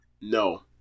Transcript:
no